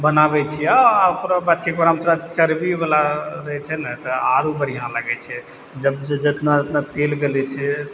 बनाबय छियै आह ओकरोबाद छै ओकरामे थोड़ा चरबीवला रहय छै ने तऽ आरो बढ़िआँ लगय छै जब जितना जितना तेल गलय छै